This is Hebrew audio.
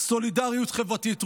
סולידריות חברתית,